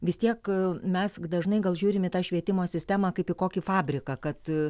vis tiek mes dažnai gal žiūrim į tą švietimo sistemą kaip į kokį fabriką kad